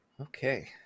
Okay